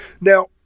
Now